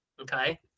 okay